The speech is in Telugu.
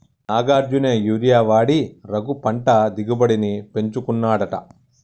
నాగార్జున యూరియా వాడి రఘు పంట దిగుబడిని పెంచుకున్నాడట